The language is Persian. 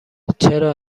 چرا